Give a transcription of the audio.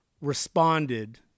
responded